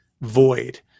void